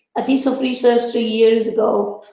a piece of research three years ago